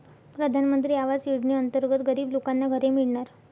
प्रधानमंत्री आवास योजनेअंतर्गत गरीब लोकांना घरे मिळणार